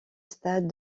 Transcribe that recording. stade